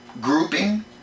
grouping